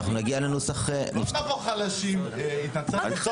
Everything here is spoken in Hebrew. אנחנו נשתדל להביא בסוף נוסח מוסכם בין משרד